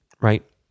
right